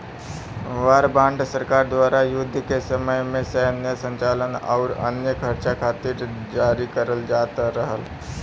war bond सरकार द्वारा युद्ध के समय में सैन्य संचालन आउर अन्य खर्चा खातिर जारी करल जात रहल